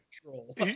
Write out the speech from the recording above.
control